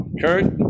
kurt